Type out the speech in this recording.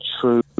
true